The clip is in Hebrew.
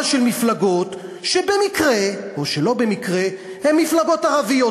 של מפלגות שבמקרה או שלא במקרה הן מפלגות ערביות.